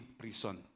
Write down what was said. prison